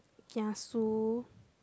kiasu